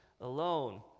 alone